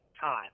time